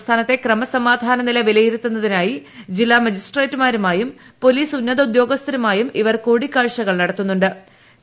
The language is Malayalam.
സംസ്ഥാനത്തെ ക്രമസമാധാന് നില വിലയിരുത്തുന്നതിനായി ജില്ലാ മജിസ്ട്രേറ്റുമാരുമായും പ്രോലീസ് ഉന്നത ഉദ്യോഗസ്ഥരുമായും ഇവർ കൂടിക്കാഴ്ചകൾ നടത്തുന്നു്ണ്ട്